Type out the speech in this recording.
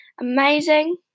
amazing